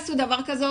הם לא יעשו דבר כזה,